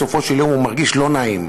בסופו של דבר הוא מרגיש לא נעים,